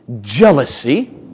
jealousy